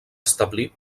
establir